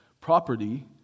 property